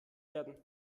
werden